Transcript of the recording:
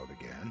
again